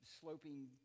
sloping